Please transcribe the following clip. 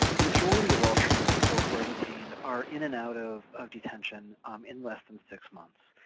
the majority of all trans people who are detained are in and out of of detention um in less than six months.